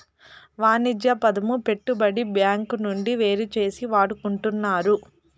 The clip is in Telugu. వాణిజ్య పదము పెట్టుబడి బ్యాంకు నుండి వేరుచేసి వాడుకుంటున్నారు